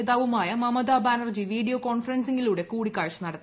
നേതാവുമായ മമതാ ബാനർജി വീഡിയോ കോൺഫറൻസിംഗിലൂടെ കൂടിക്കാഴ്ച നടത്തി